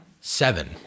seven